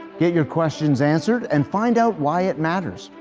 get your questions answered and find out why it matters,